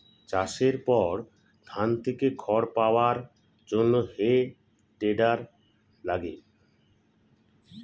চাষের পর ধান থেকে খড় পাওয়ার জন্যে হে টেডার লাগে